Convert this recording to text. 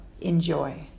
Enjoy